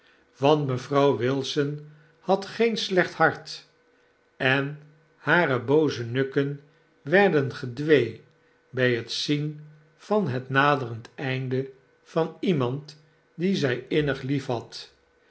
want mevrouw wilson had geen slecht hart en hare booze nukken werden gedwee bg het zien van het naderend einde van iemand dien zij innig lief